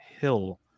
Hill